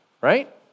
right